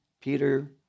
Peter